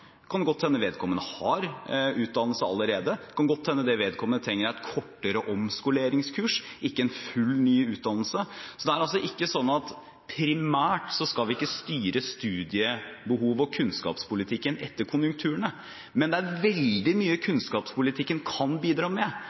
kan godt hende vedkommende har utdannelse allerede. Det kan godt hende det vedkommende trenger, er et kortere omskoleringskurs, ikke en ny, full utdannelse. Primært skal vi ikke styre studiebehovet og kunnskapspolitikken etter konjunkturene. Men det er veldig mye kunnskapspolitikken kan bidra med,